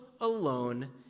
alone